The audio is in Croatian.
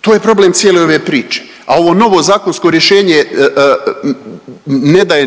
To je problem cijele ove priče, a ovo novo zakonsko rješenje ne daje